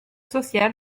social